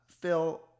Phil